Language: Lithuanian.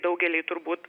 daugeliui turbūt